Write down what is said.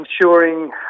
ensuring